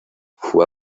fue